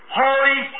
holy